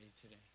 today